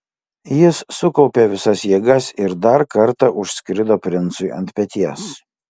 jis sukaupė visas jėgas ir dar kartą užskrido princui ant peties